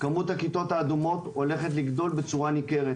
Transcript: כמות הכיתות האדומות הולכת לגדול בצורה ניכרת